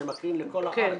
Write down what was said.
זה מקרין לכל הארץ.